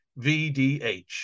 VDH